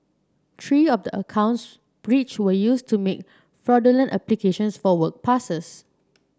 three of the accounts breached were used to make fraudulent applications for work passes